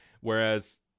Whereas